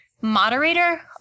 moderator